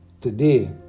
Today